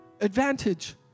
advantage